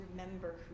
remember